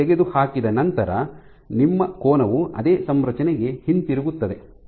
ನೀವು ತೆಗೆದುಹಾಕಿದ ನಂತರ ನಿಮ್ಮ ಕೋನವು ಅದೇ ಸಂರಚನೆಗೆ ಹಿಂತಿರುಗುತ್ತದೆ